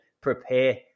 prepare